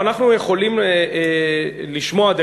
אנחנו יכולים לשמוע,